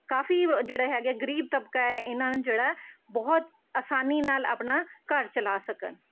ਕਾਫੀ ਜਿਹੜਾ ਹੈਗੇ ਆ ਗਰੀਬ ਤਬਕਾ ਹੈ ਇਹਨਾਂ ਨੂੰ ਜਿਹੜਾ ਬਹੁਤ ਆਸਾਨੀ ਨਾਲ ਆਪਣਾ ਘਰ ਚਲਾ ਸਕਣ